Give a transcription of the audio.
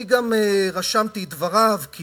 אני גם רשמתי את דבריו, כי